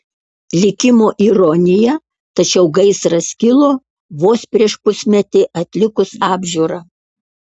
likimo ironija tačiau gaisras kilo vos prieš pusmetį atlikus apžiūrą